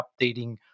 updating